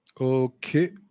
Okay